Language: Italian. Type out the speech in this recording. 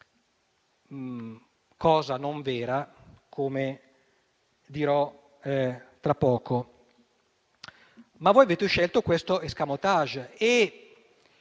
(cosa non vera come dirò tra poco). Avete scelto questo *escamotage*